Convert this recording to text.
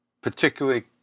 particularly